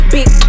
Big